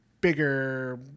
bigger